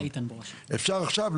אפשר עכשיו,